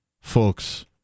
folks